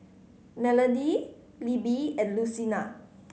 Melonie Libby and Lucina